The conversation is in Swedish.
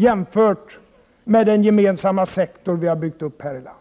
— jämfört med den gemensamma sektor vi har byggt upp här i landet.